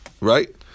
right